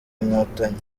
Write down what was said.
inkotanyi